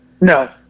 No